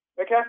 okay